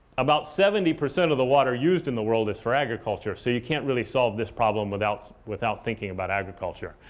about seventy percent of the water used in the world is for agriculture, so you can't really solve this problem without without thinking about agriculture.